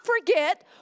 forget